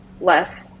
less